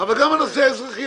אבל גם הנושא האזרחי.